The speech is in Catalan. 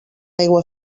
aigua